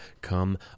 come